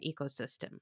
ecosystem